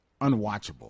unwatchable